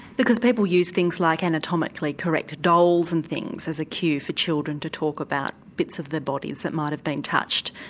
because people use things like anatomically correct dolls and things as a cue for children to talk about bits of their bodies that might have been touched.